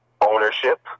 ownership